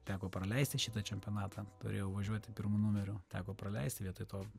teko praleisti šitą čempionatą turėjau važiuoti pirmu numeriu teko praleisti vietoj to